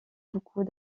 beaucoup